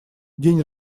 день